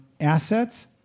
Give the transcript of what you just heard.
assets